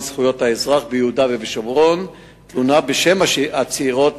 לזכויות האזרח ביהודה ובשומרון תלונה בשם הצעירות,